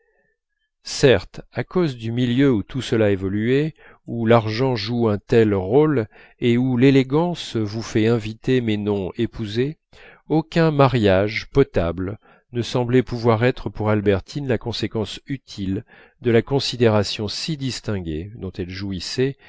certes à cause du milieu où tout cela évoluait où l'argent joue un tel rôle et où l'élégance vous fait inviter mais non épouser aucun mariage potable ne semblait pouvoir être pour albertine la conséquence utile de la considération si distinguée dont elle jouissait